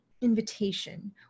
invitation